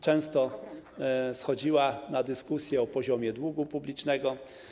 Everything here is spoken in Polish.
Często schodziło na dyskusję o poziomie długu publicznego.